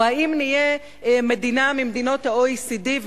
או נהיה מדינה ממדינות ה-OECD,